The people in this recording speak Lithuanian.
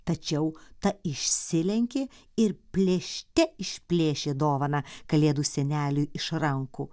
tačiau ta išsilenkė ir plėšte išplėšė dovaną kalėdų seneliui iš rankų